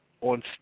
on